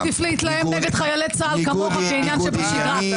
עדיף להתלהם נגד חיילי צה"ל, כמוך, כעניין שבשגרה.